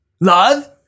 Love